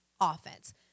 Offense